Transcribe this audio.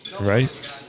Right